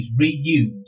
reuse